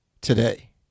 today